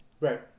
Right